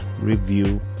review